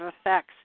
effects